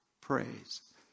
praise